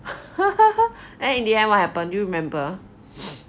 and in the end what happened do you remember